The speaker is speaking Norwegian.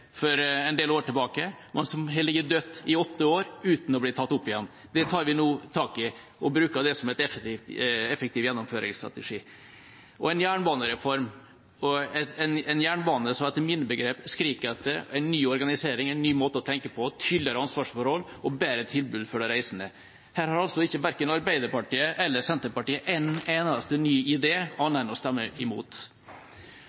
for en del år tilbake, men som har ligget dødt i åtte år uten å bli tatt opp igjen. Det tar vi nå tak i og bruker det som en effektiv gjennomføringsstrategi. Vi har også en jernbanereform på en jernbane som etter mine begreper skriker etter en ny organisering, en ny måte å tenke på, tydeligere ansvarsforhold og bedre tilbud for de reisende. Her har verken Arbeiderpartiet eller Senterpartiet en eneste ny idé annet enn å stemme imot.